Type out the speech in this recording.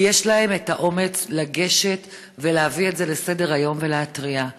יש להן האומץ לגשת ולהביא את זה לסדר-היום ולהתריע.